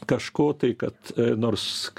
kažko tai kad nors